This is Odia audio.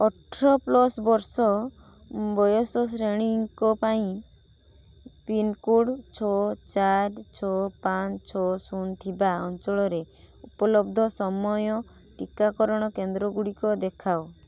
ଅଠର ପ୍ଲସ୍ ବର୍ଷ ବୟସ ଶ୍ରେଣୀଙ୍କ ପାଇଁ ପିନ୍କୋଡ଼୍ ଛଅ ଚାରି ଛଅ ପାଞ୍ଚ ଛଅ ଶୂନ ଥିବା ଅଞ୍ଚଳରେ ଉପଲବ୍ଧ ସମସ୍ତ ଟିକାକରଣ କେନ୍ଦ୍ରଗୁଡ଼ିକ ଦେଖାଅ